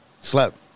slept